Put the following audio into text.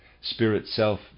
spirit-self